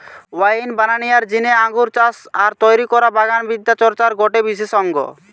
wine বানানিয়ার জিনে আঙ্গুর চাষ আর তৈরি করা বাগান বিদ্যা চর্চার গটে বিশেষ অঙ্গ